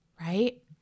right